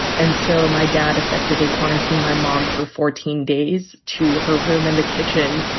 and so my dad effectively quarantined my mom for fourteen days to her room in the kitchen.